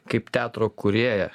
kaip teatro kūrėją